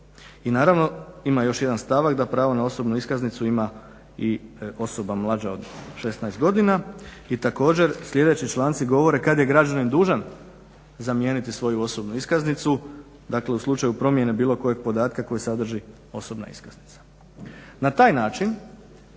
I naravno ima još jedan stavak, da pravo na osobnu iskaznicu ima i osoba mlađa od 16 godina. I također sljedeći članci govore kada je građanin dužan zamijeniti svoju osobnu iskaznicu, dakle u slučaju promjene bilo kojeg podatka koji sadrži osobna iskaznica. Na taj način